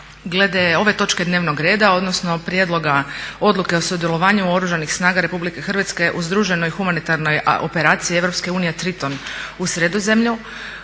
Glede ove točke dnevnog reda odnosno Prijedloga odluke o sudjelovanju Oružanih snaga Republike Hrvatske u združenoj humanitarnoj operaciji Europske unije Triton u Sredozemlju